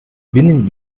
binnen